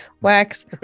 wax